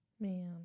Man